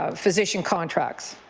ah physician contracts,